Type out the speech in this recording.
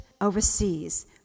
overseas